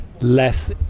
less